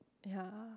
ya